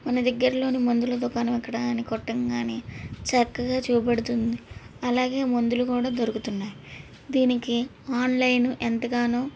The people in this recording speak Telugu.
మన దగ్గరలోని మందుల దుకాణం ఎక్కడా అని కొట్టంగానే చక్కగా చూపెడుతుంది అలాగే మందులు కూడా దొరుకుతున్నాయి దీనికి ఆన్లైన్ ఎంతగానో